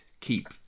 keep